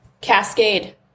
cascade